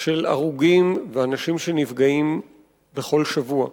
של הרוגים ואנשים שנפגעים בכל שבוע.